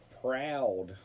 proud